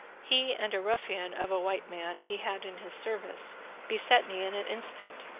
he and a ruffian of a white man he had in his service beset me in an instant,